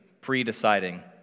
pre-deciding